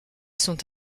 sont